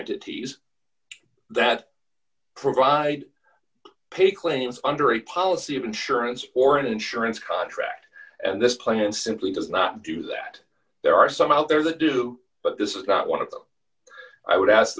entities that provide pay claims under a policy of insurance or an insurance contract and this plan simply does not do that there are some out there that do but this is not one of them i would ask